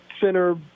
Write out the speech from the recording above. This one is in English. center